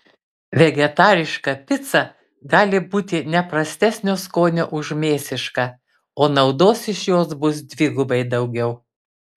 vegetariška pica gali būti ne prastesnio skonio už mėsišką o naudos iš jos bus dvigubai daugiau